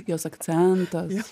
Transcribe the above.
jos akcentas